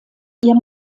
ihr